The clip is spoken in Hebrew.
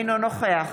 אינו נוכח